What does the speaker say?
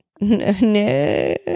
No